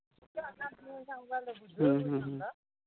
ᱦᱮᱸ ᱦᱮᱸ ᱦᱮᱸ